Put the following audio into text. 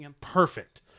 perfect